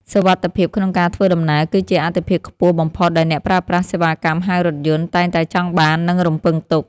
សុវត្ថិភាពក្នុងការធ្វើដំណើរ គឺជាអាទិភាពខ្ពស់បំផុតដែលអ្នកប្រើប្រាស់សេវាកម្មហៅរថយន្តតែងតែចង់បាន និងរំពឹងទុក។